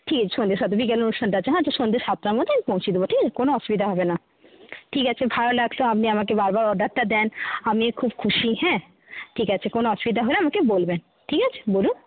ঠিক সন্ধ্যে সাতটার দিকে অনুষ্ঠানটা আছে হ্যাঁ আচ্ছা সন্ধ্যে সাতটার মধ্যে আমি পৌঁছে দেবো ঠিক আছে কোনো অসুবিধা হবে না ঠিক আছে ভালো লাগল আপনি আমাকে বারবার অর্ডারটা দেন আমি খুব খুশি হ্যাঁ ঠিক আছে কোনো অসুবিধা হলে আমাকে বলবেন ঠিক আছে বলুন